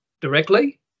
directly